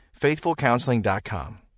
FaithfulCounseling.com